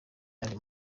yandi